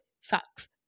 sucks